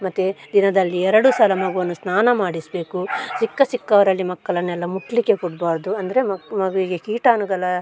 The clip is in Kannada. ಮತ್ತು ದಿನದಲ್ಲಿ ಎರಡು ಸಲ ಮಗುವನ್ನು ಸ್ನಾನ ಮಾಡಿಸಬೇಕು ಸಿಕ್ಕ ಸಿಕ್ಕವರಲ್ಲಿ ಮಕ್ಕಳನ್ನೆಲ್ಲ ಮುಟ್ಟಲಿಕ್ಕೆ ಕೊಡಬಾರ್ದು ಅಂದರೆ ಮಗುವಿಗೆ ಕೀಟಾಣುಗಳ